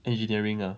engineering lah